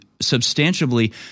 substantially